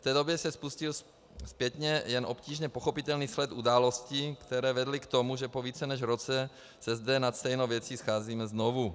V té době se spustil zpětně jen obtížně pochopitelný sled událostí, které vedly k tomu, že po více než roce se zde nad stejnou věcí scházíme znovu.